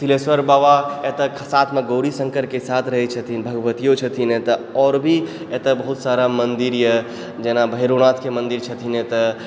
तिल्हेश्वर बाबा एतऽ साथमे गौड़ी शङ्करके साथ रहै छथिन भगवतियो छथिन एतऽ आओर भी एतऽ बहुत सारा मन्दिर यऽ जेना भैरो नाथके मन्दिर छथिन एतऽ